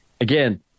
again